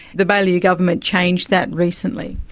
the baillieu government changed that recently.